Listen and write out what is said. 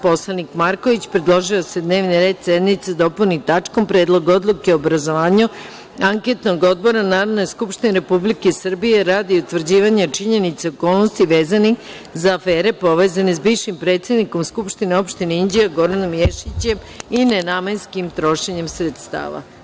Narodni poslanik Aleksandar Marković predložio je da se dnevni red sednice dopuni tačkom – Predlog odluke o obrazovanju anketnog odbora Narodne skupštine Republike Srbije radi utvrđivanja činjenica i okolnosti vezanih za afere povezane sa bivšim predsednikom SO Inđija Goranom Ješićem i nenamenskim trošenjem sredstava.